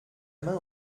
main